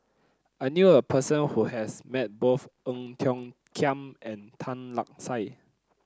I knew a person who has met both Ong Tiong Khiam and Tan Lark Sye